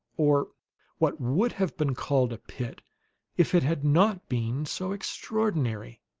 or what would have been called a pit if it had not been so extraordinary.